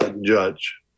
judge